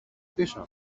πίσω